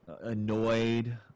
annoyed